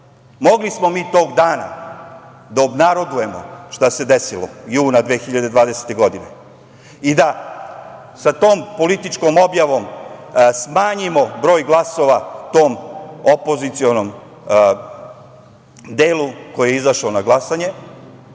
Mogli smo mi tog dana da obnarodujemo šta se desilo juna 2020. godine i da sa tom političkom objavom smanjimo broj glasova tom opozicionom delu koji je izašao na glasanje,